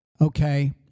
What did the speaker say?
okay